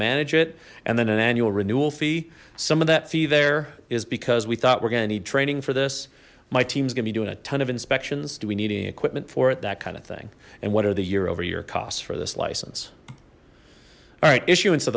manage it and then an annual renewal fee some of that fee there is because we thought we're going to need training for this my team is gonna be doing a ton of inspections do we need any equipment for it that kind of thing and what are the year over year costs for this license all right issu